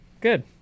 good